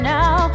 now